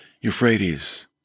Euphrates